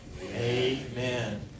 amen